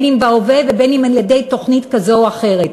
אם בהווה ואם על-ידי תוכנית כזאת או אחרת.